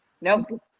Nope